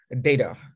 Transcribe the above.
data